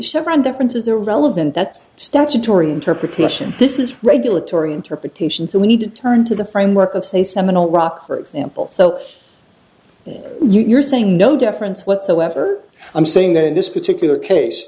chevron differences are relevant that's statutory interpretation this is regulatory interpretation so we need to turn to the framework of say seminal rock for example so you're saying no difference whatsoever i'm saying that in this particular case